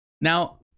Now